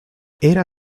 era